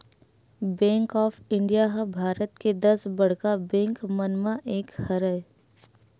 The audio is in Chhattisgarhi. बेंक ऑफ इंडिया ह भारत के दस बड़का बेंक मन म एक हरय